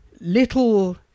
little